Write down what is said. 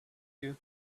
you